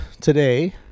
today